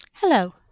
Hello